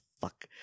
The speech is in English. fuck